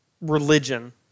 religion